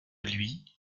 lui